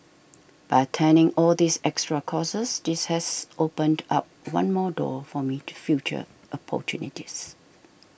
by attending all these extra courses this has opened up one more door for me to future opportunities